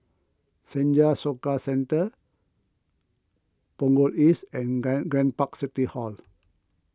Senja Soka Centre Punggol East and Grand Grand Park City Hall